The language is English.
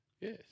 Yes